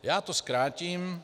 Já to zkrátím.